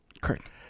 Correct